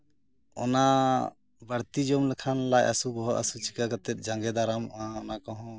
ᱚᱱᱟ ᱵᱟᱹᱲᱛᱤ ᱡᱚᱢ ᱞᱮᱠᱷᱟᱱ ᱞᱟᱡ ᱦᱟᱹᱥᱩ ᱵᱚᱦᱚᱜ ᱦᱟᱹᱥᱩ ᱪᱤᱠᱟᱹ ᱠᱟᱛᱮ ᱡᱟᱸᱜᱮ ᱫᱟᱨᱟᱢᱚᱜᱼᱟ ᱚᱱᱟ ᱠᱚᱦᱚᱸ